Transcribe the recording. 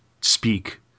speak